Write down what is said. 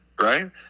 right